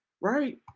right